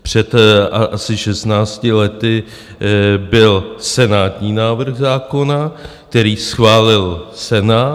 Před asi 16 lety byl senátní návrh zákona, který schválil Senát.